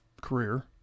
career